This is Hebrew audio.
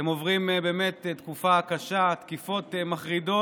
אתם עוברים באמת תקופה קשה, תקיפות מחרידות